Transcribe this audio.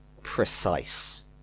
precise